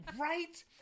Right